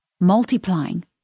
multiplying